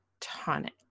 Tonic